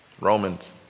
Romans